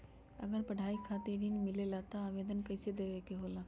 अगर पढ़ाई खातीर ऋण मिले ला त आवेदन कईसे देवे के होला?